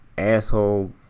asshole